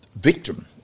victim